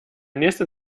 nächste